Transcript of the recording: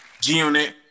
G-Unit